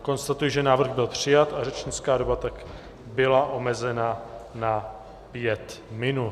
Konstatuji, že návrh byl přijat a řečnická doba tak byla omezena na pět minut.